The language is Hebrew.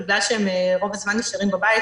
בגלל שהם רוב הזמן נשארים בבית,